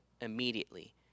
immediately